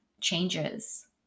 changes